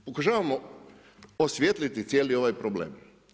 Pokušavamo osvijetliti cijeli ovaj problem.